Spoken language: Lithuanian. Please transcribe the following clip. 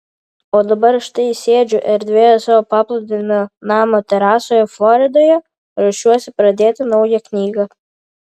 o dabar štai sėdžiu erdvioje savo paplūdimio namo terasoje floridoje ruošiuosi pradėti naują knygą